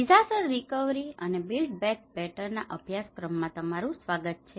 disaster recovery અને build back better ના અભ્યાસક્રમ માં તમારું સ્વાગત છે